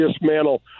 dismantle